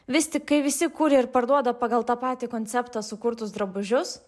vis tik kai visi kuria ir parduoda pagal tą patį konceptą sukurtus drabužius